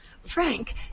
Frank